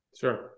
Sure